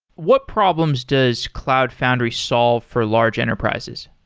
what problems does cloud foundry solve for large enterprises?